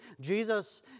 Jesus